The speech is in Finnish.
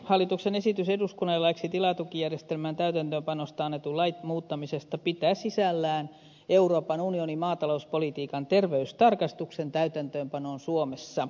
hallituksen esitys eduskunnalle laiksi tilatukijärjestelmän täytäntöönpanosta annetun lain muuttamisesta pitää sisällään euroopan unionin maatalouspolitiikan terveystarkastuksen täytäntöönpanon suomessa